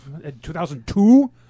2002